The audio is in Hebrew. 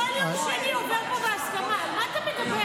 כל יום שני הכול עובר פה בהסכמה, על מה אתה מדבר?